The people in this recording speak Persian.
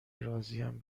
راضیم